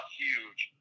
huge